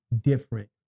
Different